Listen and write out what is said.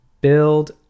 Build